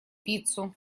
пиццу